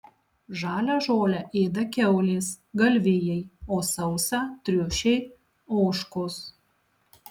žalią žolę ėda kiaulės galvijai o sausą triušiai ožkos